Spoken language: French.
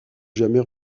jamais